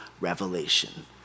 revelation